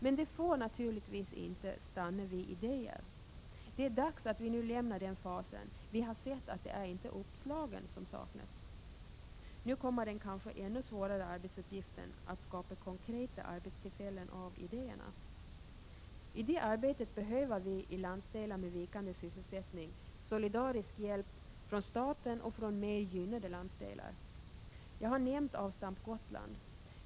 Men det får naturligtvis inte stanna vid idéer. Det är dags att nu lämna den fasen. Vi har sett att det inte är uppslagen som saknas. Nu kommer den kanske ännu svårare arbetsuppgiften: att skapa konkreta arbetstillfällen av idéerna. I det arbetet behöver vi i landsdelar med vikande sysselsättning solidarisk hjälp från staten och från mer gynnade landsdelar. Jag har nämnt Avstamp Gotland.